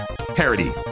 Parody